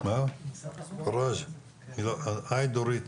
ולכן עשינו תהליך שלם של היוועצות ציבורית.